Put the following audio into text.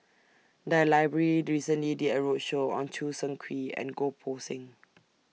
The Library recently did A roadshow on Choo Seng Quee and Goh Poh Seng